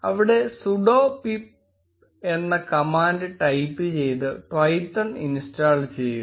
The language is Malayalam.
അവിടെ sudo pip എന്ന കമാൻഡ് ടൈപ്പ് ചെയ്ത് Twython ഇൻസ്റ്റാൾ ചെയ്യുക